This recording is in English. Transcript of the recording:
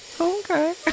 Okay